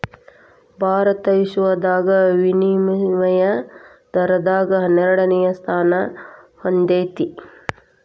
ಭಾರತ ವಿಶ್ವದಾಗ ವಿನಿಮಯ ದರದಾಗ ಹನ್ನೆರಡನೆ ಸ್ಥಾನಾ ಹೊಂದೇತಿ